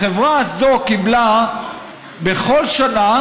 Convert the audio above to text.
החברה הזאת קיבלה בכל שנה